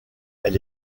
elle